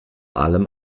allem